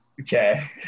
Okay